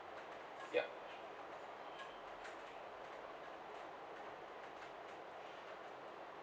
ya